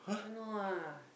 don't know ah